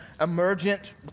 emergent